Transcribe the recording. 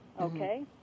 okay